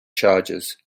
charges